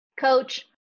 Coach